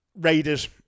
Raiders